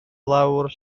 lawr